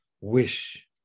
wish